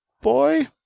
boy